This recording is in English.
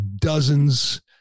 dozens